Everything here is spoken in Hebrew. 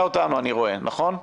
אותנו, אני רואה, נכון?